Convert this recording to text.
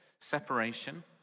separation